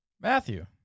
Matthew